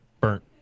burnt